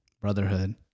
brotherhood